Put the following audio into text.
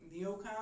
neocon